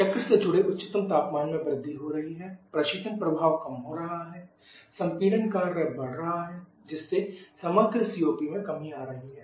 चक्र से जुड़े उच्चतम तापमान में वृद्धि हो रही है प्रशीतन प्रभाव कम हो रहा है संपीड़न कार्य बढ़ रहा है जिससे समग्र सीओपी में कमी आ रही है